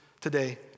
today